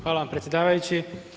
Hvala vam predsjedavajući.